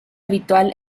habitual